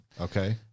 Okay